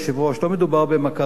לא מדובר במכת גורל,